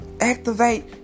Activate